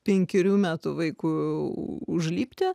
penkerių metų vaikų užlipti